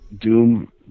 Doom